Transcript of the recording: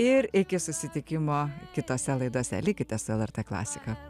ir iki susitikimo kitose laidose likite su lrt klasika